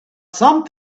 some